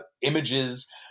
images